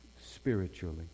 Spiritually